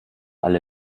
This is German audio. alle